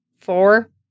four